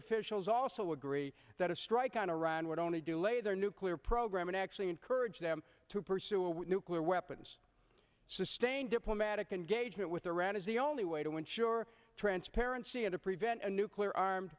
officials also agree that a strike on iran would only do lay their nuclear program and actually encourage them to pursue a nuclear weapons sustained diplomatic engagement with iran is the only way to ensure transparency and to prevent a nuclear arm